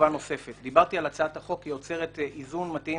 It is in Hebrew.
ומקווים שתמריץ חיובי מעין זה,